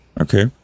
okay